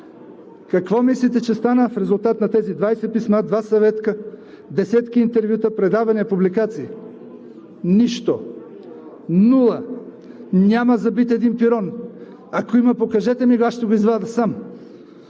водоснабдяване. В резултат на тези 20 писма, два съвета, десетки интервюта, предавания, публикации – нищо. Нула! Няма забит един пирон. Ако има, покажете ми го, аз ще го извадя сам,